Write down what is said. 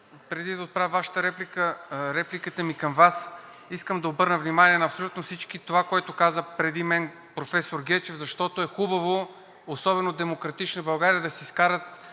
преди да отправя репликата си към Вас, искам да обърна внимание на абсолютно всички на това, което каза преди мен професор Гечев, защото е хубаво особено „Демократична България“ да си изкарат